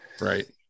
right